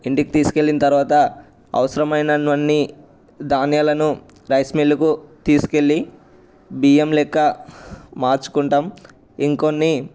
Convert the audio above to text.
ఇంటికి తీసుకు వెళ్ళిన తర్వాత అవసరమైనవి అన్నీ ధాన్యాలను రైస్ మిల్లుకు తీసుకు వెళ్ళి బియ్యం లెక్క మార్చుకుంటాము ఇంకొన్ని